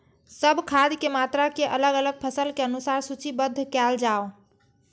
सब खाद के मात्रा के अलग अलग फसल के अनुसार सूचीबद्ध कायल जाओ?